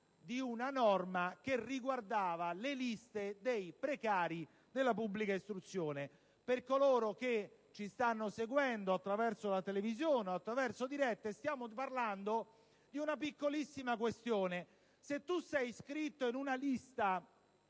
di una norma che riguardava le liste dei precari della pubblica istruzione. Per coloro che ci stanno seguendo attraverso la televisione o attraverso la diretta radio stiamo discutendo di una piccolissima questione. Se si è iscritti nella lista